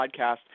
podcast